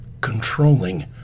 controlling